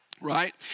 right